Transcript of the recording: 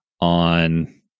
on